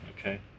Okay